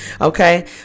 okay